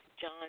John